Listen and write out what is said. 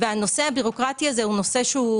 הנושא הבירוקרטי הזה מאוד